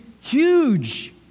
huge